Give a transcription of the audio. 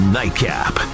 nightcap